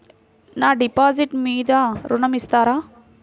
నా డిపాజిట్ మీద ఋణం ఇస్తారా?